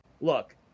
Look